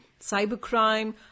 cybercrime